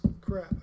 crap